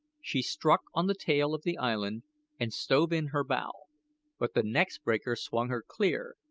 she struck on the tail of the island and stove in her bow but the next breaker swung her clear,